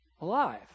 alive